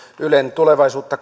ylen tulevaisuutta